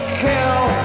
kill